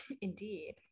indeed